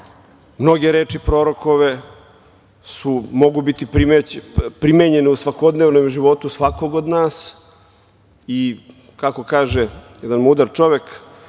Mnoge reči prorokove mogu biti primenjene u svakodnevnom životu svakoga od nas i kako kaže jedan mudar čovek